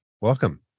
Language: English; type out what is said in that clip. welcome